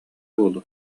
буолуо